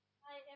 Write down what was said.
Hi